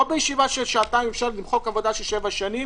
לא בישיבה של שעתיים אפשר למחוק עבודה של שבע שנים